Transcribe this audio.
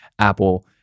Apple